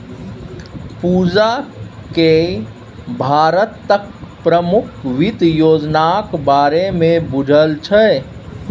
पूजाकेँ भारतक प्रमुख वित्त योजनाक बारेमे बुझल छै